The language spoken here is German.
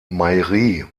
mairie